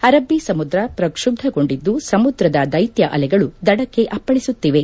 ಅರಬ್ಬಿ ಸಮುದ್ರ ಪ್ರಕ್ಷುಬ್ಧಗೊಂಡಿದ್ದು ಸಮುದ್ರದ ದೈತ್ಯ ಅಲೆಗಳು ದಡಕ್ಕೆ ಅಪ್ಪಳಿಸುತ್ತಿವೆ